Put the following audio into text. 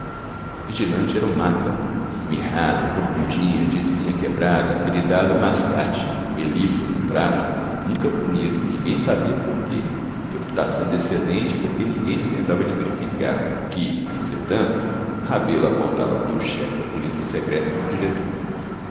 vigilante era o mata mirrado corcundinha de espinha quebrada apelidado o mascate melífluo no trato nunca punido ninguém sabia por quê reputação de excelente porque ninguém se lembrava de verificar que entretanto rebelo apontava como chefe da policia secreta do diretor